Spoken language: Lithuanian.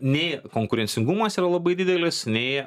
nei konkurencingumas yra labai didelis nei